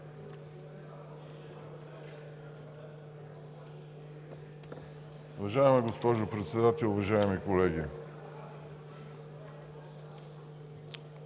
уважаема госпожо Председател. Уважаеми колега